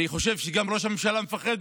אני גם חושב שראש הממשלה מפחד